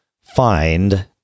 find